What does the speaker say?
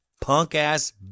punk-ass